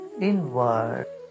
inward